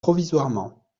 provisoirement